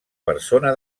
persona